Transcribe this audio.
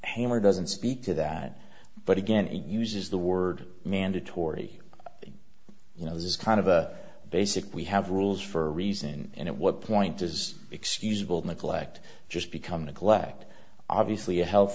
hammer doesn't speak to that but again it uses the word mandatory you know this is kind of a basic we have rules for a reason and it what point does excusable neglect just become neglect obviously a health